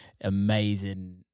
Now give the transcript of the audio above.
amazing